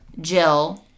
Jill